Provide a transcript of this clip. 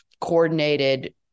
coordinated